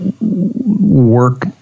work